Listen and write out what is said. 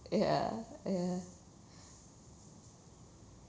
ya ya